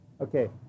Okay